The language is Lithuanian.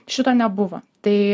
šito nebuvo tai